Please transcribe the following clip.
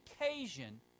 occasion